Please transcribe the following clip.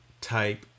type